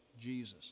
Jesus